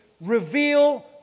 reveal